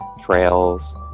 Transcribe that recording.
trails